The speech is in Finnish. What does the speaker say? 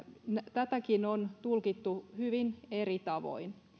tätäkin on tulkittu hyvin eri tavoin